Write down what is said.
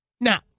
Now